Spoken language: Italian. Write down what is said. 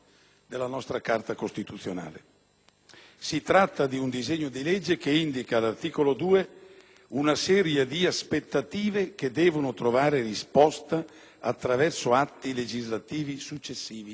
Si tratta di un disegno di legge che indica all'articolo 2 una serie di aspettative che devono trovare risposta attraverso atti legislativi successivi delegati al Governo.